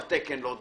תו תקן לא,